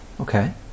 Okay